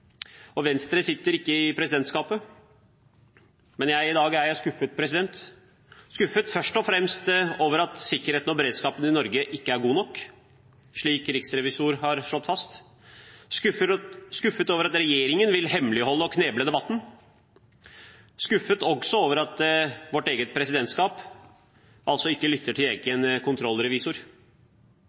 og Venstre sitter ikke i presidentskapet. I dag er jeg skuffet, først og fremst skuffet over at sikkerheten og beredskapen i Norge ikke er god nok, slik riksrevisoren har slått fast, skuffet over at regjeringen vil hemmeligholde og kneble debatten, og skuffet over at vårt eget presidentskap ikke lytter til